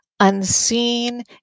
Unseen